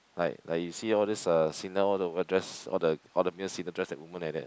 like like you see all these uh singer all the wear dress all the all the male singer dress like women like that